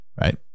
right